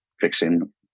fixing